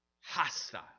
hostile